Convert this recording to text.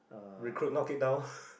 recruit knock it down